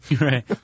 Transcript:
Right